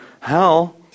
hell